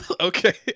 Okay